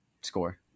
score